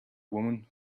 woman